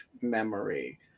memory